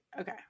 okay